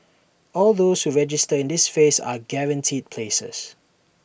all those who register in this phase are guaranteed places